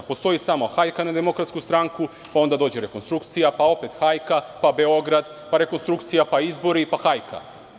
Postoji samo hajka na DS, pa onda dođe rekonstrukcija, pa opet hajka, pa Beograd, pa rekonstrukcija, pa izbori, pa hajka.